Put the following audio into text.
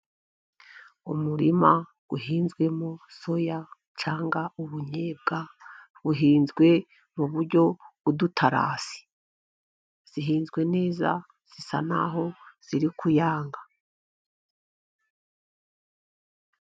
Umurima uhinzwemo soya cyangwa ubunnyebwa. Buhinzwe mu buryo bw'udutasi, zihinzwe neza zisa naho ziri kuyanga.